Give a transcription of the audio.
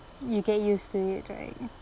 you get used to it right